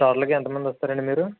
టోటల్గా ఎంత మంది వస్తారు అండి మీరు